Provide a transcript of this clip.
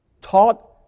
taught